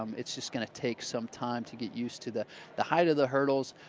um it's just going to take some time to get used to the the height of the hurdles.